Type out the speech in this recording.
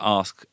ask